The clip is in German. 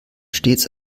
stets